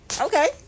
Okay